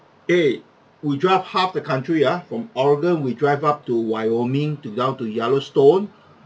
eh we drive half the country uh from oregon we drive up to wyoming to down to yellowstone